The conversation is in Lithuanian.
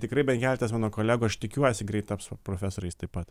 tikrai bent keletas mano kolegų aš tikiuosi greit taps profesoriais taip pat